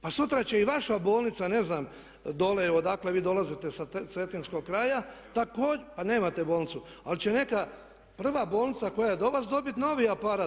Pa sutra će i vaša bolnica ne znam dolje odakle vi dolazite sa cetinskog kraja također, pa nemate bolnicu ali će neka prva bolnica koja je do vas dobiti novi aparat.